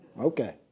Okay